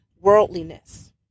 worldliness